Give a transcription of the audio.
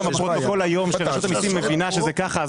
אם יש פרוטוקול היום שרשות המיסים מבינה שזה ככה,